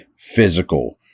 physical